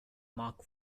mark